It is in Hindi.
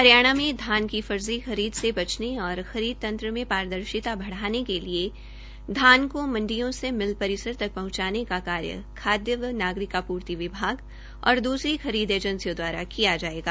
हरियाणा में धान की फर्जी खरीद से बचने और खरीद तंत्र में पारदर्शिता बढ़ाने के लिए धान को मंडियों से मिल परिसर तक पहुंचाने का कार्य खाद्य व नागरिक आपूति विभाग और दूसरी खरीद एजेंसियों द्वारा किया जायेगा